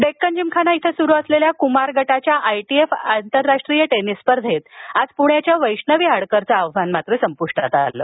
डेक्कन जिमखाना इथं सुरु असलेल्या कुमार गटाच्या आयटीएफ आंतरराष्ट्रीय टेनिस स्पर्धेंत आाज पुण्याच्या वैष्णवी आडकरचं आव्हान संपुष्टात आलं